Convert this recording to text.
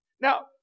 Now